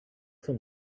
some